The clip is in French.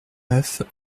neuf